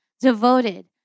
devoted